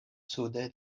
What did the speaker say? sude